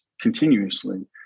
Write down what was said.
continuously